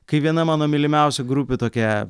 kai viena mano mylimiausių grupių tokia